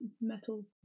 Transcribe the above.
metal